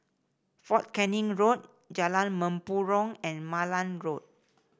Fort Canning Road Jalan Mempurong and Malan Road